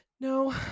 no